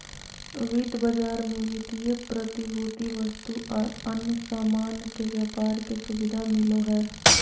वित्त बाजार मे वित्तीय प्रतिभूति, वस्तु आर अन्य सामान के व्यापार के सुविधा मिलो हय